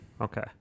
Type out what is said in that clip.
Okay